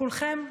כולכם,